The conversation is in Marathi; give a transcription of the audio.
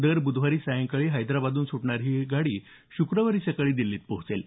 दर बुधवारी सायंकाळी हैदराबाद सुटणारी ही गाडी शुक्रवारी सकाळी दिल्लीत पोहोचेल